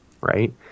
right